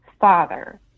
father